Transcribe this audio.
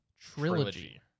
trilogy